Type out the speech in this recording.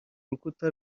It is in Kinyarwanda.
rukuta